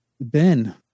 Ben